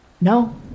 No